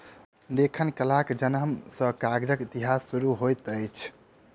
लेखन कलाक जनम सॅ कागजक इतिहास शुरू होइत अछि